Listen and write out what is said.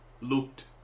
looked